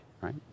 right